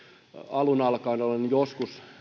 alun alkaen olen joskus